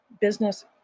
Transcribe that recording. business